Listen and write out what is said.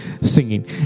singing